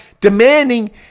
demanding